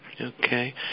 Okay